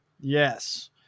Yes